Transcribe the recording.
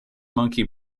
monkey